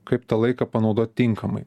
kaip tą laiką panaudot tinkamai